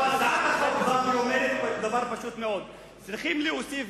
הצעת החוק באה ואומרת דבר פשוט מאוד: צריך להוסיף